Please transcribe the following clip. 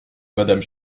madame